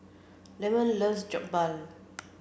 Leamon loves Jokbal